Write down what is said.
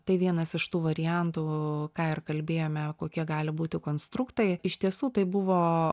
tai vienas iš tų variantų ką ir kalbėjome kokie gali būti konstruktai iš tiesų tai buvo